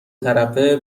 طرفه